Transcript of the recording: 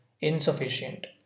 insufficient